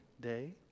day